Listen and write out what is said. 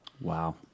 Wow